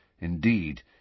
Indeed